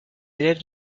élèves